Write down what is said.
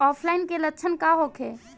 ऑफलाइनके लक्षण का होखे?